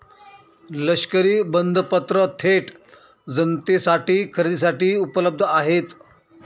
लष्करी बंधपत्र थेट जनतेसाठी खरेदीसाठी उपलब्ध आहेत